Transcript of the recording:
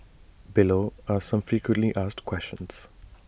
below are some frequently asked questions